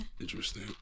Interesting